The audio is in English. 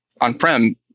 on-prem